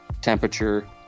temperature